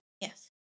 Yes